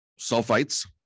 sulfites